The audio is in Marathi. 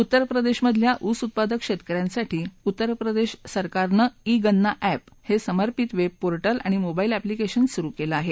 उत्तर प्रदेशमधल्या ऊस उत्पादक शेतक यांसाठी उत्तर प्रदेश सरकारनं ई गन्ना एप हे समपिंत वेब पोर्टल आणि मोबाईल अॅप्लीकेशन सुरु केलं आहे